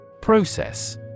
Process